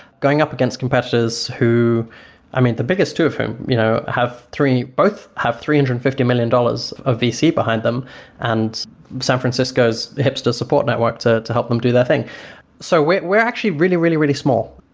going up against competitors who i mean, the biggest two of whom you know have three both have three hundred and and fifty million dollars of vc behind them and san francisco's hipsters support network to to help them do their thing so we're we're actually really, really, really small.